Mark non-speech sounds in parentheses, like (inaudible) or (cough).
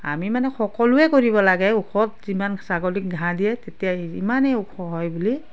আমি মানে সকলোৱে কৰিব লাগে ওখত যিমান ছাগলীক ঘাঁহ দিয়ে তেতিয়া (unintelligible) সিমানেই ওখ হয় বুলি